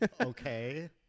okay